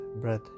breath